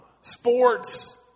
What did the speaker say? sports